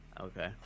Okay